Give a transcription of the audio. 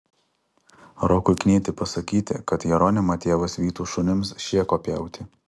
rokui knieti pasakyti kad jeronimą tėvas vytų šunims šėko pjauti